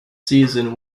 season